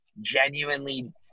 genuinely